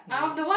no